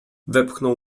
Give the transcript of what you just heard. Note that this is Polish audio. wepchnął